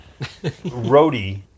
roadie